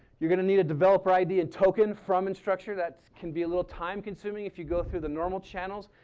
you're going to need a developer id and token from instructure that can be a little time consuming if you go through the normal channels.